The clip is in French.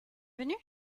venu